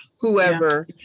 whoever